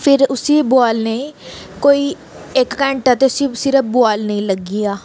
फिर उसी बुआलने गी कोई इक घैंटा ते उसी सिर्फ बुआलने गी लग्गी गेआ